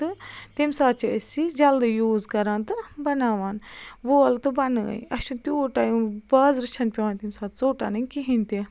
تہٕ تمہِ ساتہٕ چھِ أسۍ یہِ جلدی یوٗز کَران تہٕ بَناوان وول تہٕ بَنٲے اَسہِ چھُنہٕ تیوٗت ٹایِم بازرٕ چھَنہٕ پیٚوان تمہِ ساتہٕ ژوٚٹ اَنٕنۍ کِہیٖنۍ تہِ